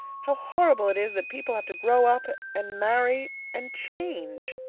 how horrible it is that people have to grow up and marry and change!